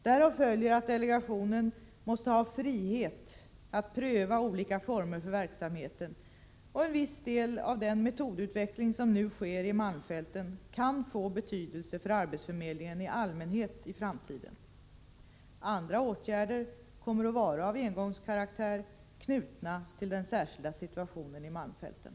Därav följer att delegationen måste ha frihet att pröva olika former för verksamheten, och viss del av den metodutveckling som nu sker i malmfälten kan få betydelse för arbetsförmedlingen i allmänhet i framtiden. Andra åtgärder kommer att vara av engångskaraktär, knutna till den särskilda situationen i malmfälten.